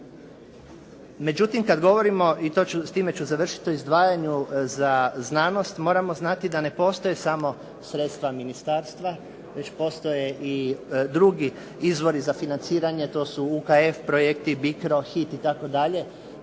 Međutim kada govorimo i s time ću završiti, o izdvajanju za znanost moramo znati da ne postoje samo sredstva ministarstva već postoje i drugi izvori za financiranje, to su UHF projekti, BIKRO, HIT itd.